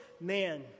man